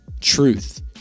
truth